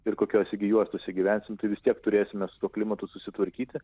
ir kokiose gi juostose gyvensim tai vis tiek turėsime su klimatu susitvarkyti